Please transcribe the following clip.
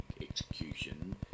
execution